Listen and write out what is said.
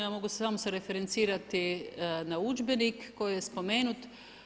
Ja mogu se samo referencirati na udžbenik koji je spomenut.